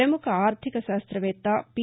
ప్రముఖ ఆర్గిక శాస్త్రవేత్త పి